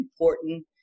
important